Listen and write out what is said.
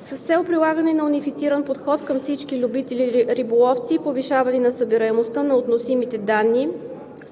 С цел прилагане на унифициран подход към всички любители риболовци и повишаване на събираемостта на относимите данни